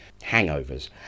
hangovers